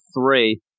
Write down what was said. three